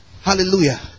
Hallelujah